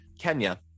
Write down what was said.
Kenya